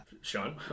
Sean